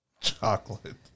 Chocolate